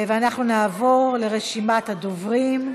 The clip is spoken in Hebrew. אנחנו נעבור לרשימת הדוברים: